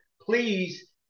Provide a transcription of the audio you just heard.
please